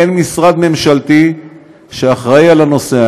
אין משרד ממשלתי שאחראי לנושא.